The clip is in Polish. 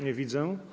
Nie widzę.